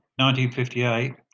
1958